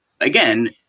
Again